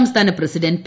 സംസ്ഥാന president P